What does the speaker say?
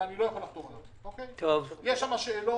אני חייב לומר,